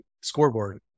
scoreboard